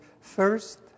first